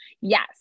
yes